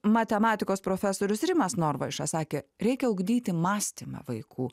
matematikos profesorius rimas norvaiša sakė reikia ugdyti mąstymą vaikų